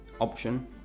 option